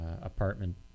apartment